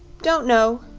don't know,